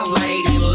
lady